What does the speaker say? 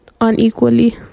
unequally